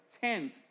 tenth